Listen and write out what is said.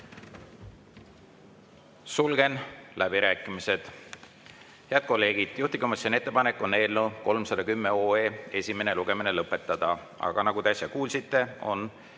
Sulgen läbirääkimised. Head kolleegid! Juhtivkomisjoni ettepanek on eelnõu 310 esimene lugemine lõpetada, aga nagu te äsja kuulsite, on